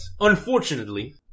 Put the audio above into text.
unfortunately